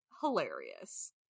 hilarious